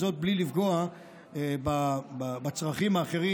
בלי לפגוע בצרכים האחרים,